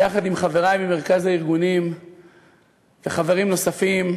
ביחד עם חברי ממרכז הארגונים וחברים נוספים,